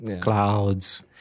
clouds